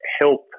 help